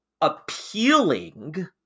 appealing